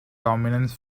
dominance